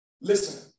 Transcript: Listen